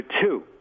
two